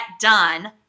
done